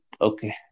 okay